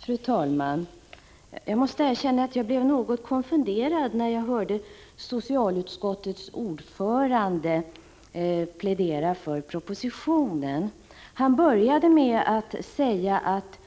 Fru talman! Jag måste erkänna att jag blev något konfunderad när jag hörde socialutskottets ordförande plädera för propositionen. Han började med att säga att de förslag till